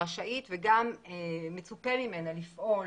רשאית וגם מצופה ממנה לפעול